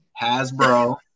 Hasbro